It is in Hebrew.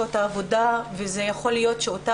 לשעות העבודה וזה יכול להיות שאותה